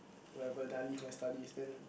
wherever then I leave my studies then